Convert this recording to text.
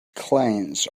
clients